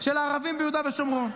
של הערבים ביהודה ושומרון.